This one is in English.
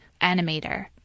animator